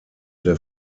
der